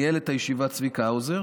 ניהל את הישיבה צביקה האוזר,